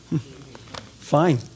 fine